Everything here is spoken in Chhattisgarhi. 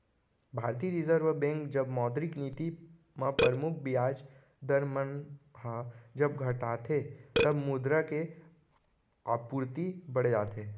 भारतीय रिर्जव बेंक जब मौद्रिक नीति म परमुख बियाज दर मन ह जब घटाथे तब मुद्रा के आपूरति बड़ जाथे